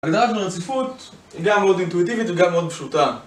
הגדרה של הרציפות היא גם מאוד אינטואיטיבית וגם מאוד פשוטה